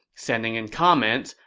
sending in comments,